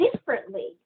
differently